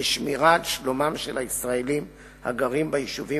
בשמירה על שלומם של הישראלים הגרים ביישובים